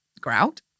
grout